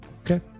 Okay